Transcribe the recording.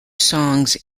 songs